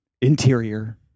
Interior